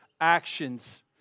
actions